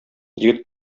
егет